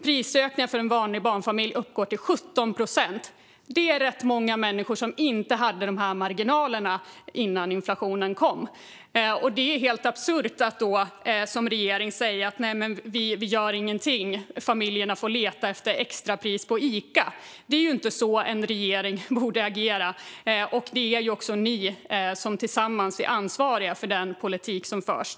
Prisökningen för en vanlig barnfamilj uppgår till 17 procent. Det är rätt många människor som inte hade de marginalerna innan inflationen kom. Då är det helt absurt att regeringen inte gör någonting utan säger att familjerna får leta efter extrapriser på Ica. Så borde inte en regering agera, och ni är tillsammans med regeringen ansvariga för den politik som förs.